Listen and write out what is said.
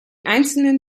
einzelnen